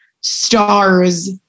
stars